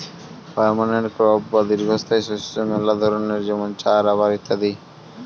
permanent crop বা দীর্ঘস্থায়ী শস্য মেলা ধরণের যেমন চা, রাবার ইত্যাদি